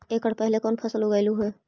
एकड़ पहले कौन फसल उगएलू हा?